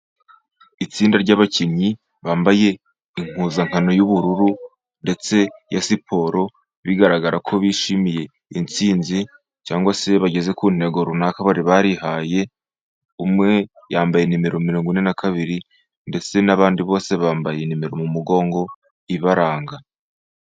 Itsinda ry'abakinnyi bambaye impuzankano y'ubururu ndetse ya siporo, bigaragara ko bishimiye intsinzi cyangwa se bageze ku ntego runaka bari barihaye, umwe yambaye nimero mirongo ine na kabiri, ndetse n'abandi bose bambaye nimero mu mugongo ibaranga.